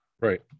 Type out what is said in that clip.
Right